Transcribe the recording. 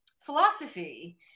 philosophy